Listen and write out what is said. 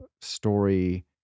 story